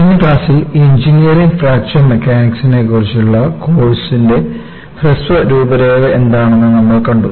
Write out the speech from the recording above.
കഴിഞ്ഞ ക്ലാസ്സിൽ engineering fracture മെക്കാനിക്സിനെക്കുറിച്ചുള്ള കോഴ്സിന്റെ ഹ്രസ്വ രൂപരേഖ എന്താണെന്ന് നമ്മൾ കണ്ടു